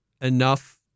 enough